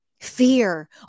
fear